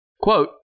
Quote